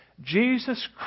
Jesus